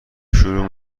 شروع